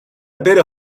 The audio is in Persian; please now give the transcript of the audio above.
بره